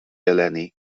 eleni